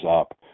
up